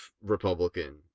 Republican